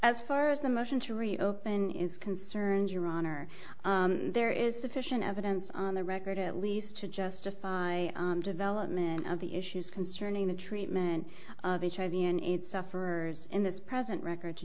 as far as the motion to reopen is concerned your honor there is sufficient evidence on the record at least to justify development of the issues concerning the treatment of hiv and aids sufferers in this present record to